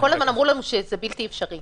כל הזמן אמרו לנו שזה בלתי אפשרי.